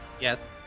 Yes